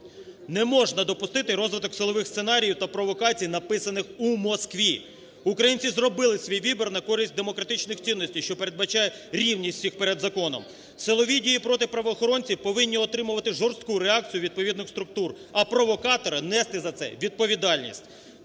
Не можна допустити розвиток силових сценаріїв та провокацій, написаних у Москві. Українці зробили свій вибір на користь демократичних цінностей, що передбачає рівність всіх перед законом. Силові дії проти правоохоронців повинні отримувати жорстку реакцію відповідних структур, а провокатори нести за це відповідальність.